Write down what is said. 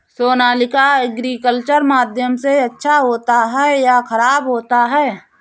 Sonalika agriculture माध्यम से अच्छा होता है या ख़राब होता है?